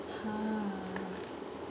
!huh!